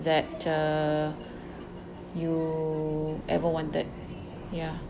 that uh you ever wanted ya